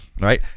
right